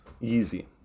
Easy